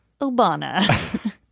Obana